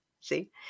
see